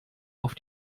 auf